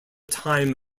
time